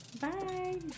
Bye